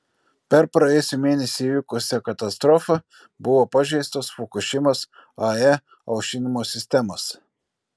per praėjusį mėnesį įvykusią katastrofą buvo pažeistos fukušimos ae aušinimo sistemos